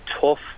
tough